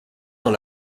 dans